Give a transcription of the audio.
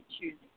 choosing